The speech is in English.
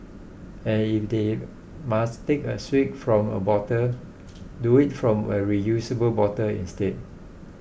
and if they must take a swig from a bottle do it from a reusable bottle instead